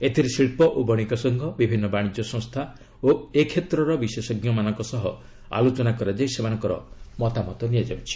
ଏଥିରେ ଶିଳ୍ପ ଓ ବଶିକ ସଂଘ ବିଭିନ୍ନ ବାଶିଜ୍ୟ ସଂସ୍ଥା ଓ ଏ କ୍ଷେତ୍ରର ବିଶେଷଜ୍ଞମାନଙ୍କ ସହ ଆଲୋଚନା କରାଯାଇ ସେମାନଙ୍କର ମତାମତ ନିଆଯାଉଛି